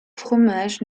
fromages